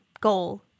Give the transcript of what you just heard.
goal